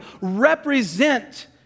represent